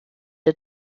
der